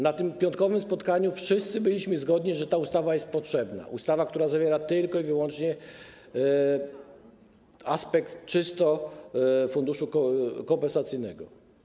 Na tym piątkowym spotkaniu wszyscy byliśmy zgodni, że ta ustawa jest potrzebna, ustawa, która zawiera tylko i wyłącznie aspekt czysto funduszu kompensacyjnego.